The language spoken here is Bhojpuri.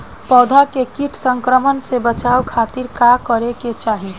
पौधा के कीट संक्रमण से बचावे खातिर का करे के चाहीं?